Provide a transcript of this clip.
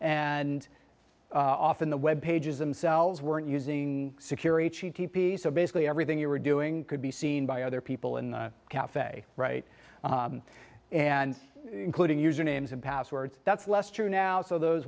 and often the web pages themselves weren't using secure h t t p so basically everything you were doing could be seen by other people in the cafe right and including usernames and passwords that's less true now so those